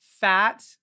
Fat